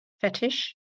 fetish